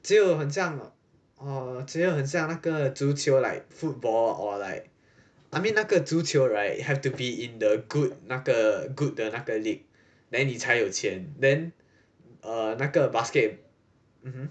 只有很像 err 只有很像那个足球 like football or like I mean 那个足球 right you have to be in the good 那个 good 的那个 league then 你才有钱 then err 那个 basket